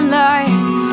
life